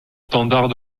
standards